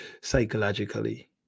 psychologically